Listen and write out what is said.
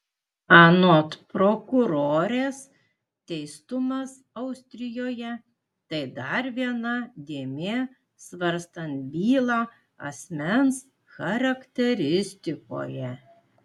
anot prokurorės teistumas austrijoje tai dar viena dėmė svarstant bylą asmens charakteristikoje